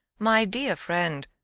my dear friend,